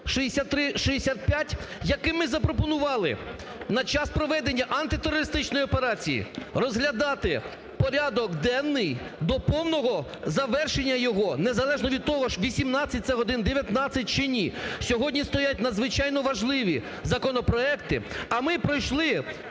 6365, яким ми запропонували на час проведення антитерористичної операції розглядати порядок денний до повного завершення його, незалежно від того 18 це годин, 19 чи ні. Сьогодні стоять надзвичайно важливі законопроекти, а ми пройшли